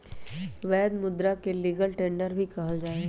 वैध मुदा के लीगल टेंडर भी कहल जाहई